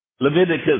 Leviticus